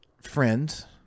Friends